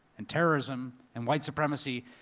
and terrorism, and white supremacy,